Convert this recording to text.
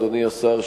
אדוני השר,